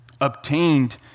Obtained